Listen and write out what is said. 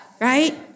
right